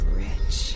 rich